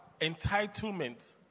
entitlement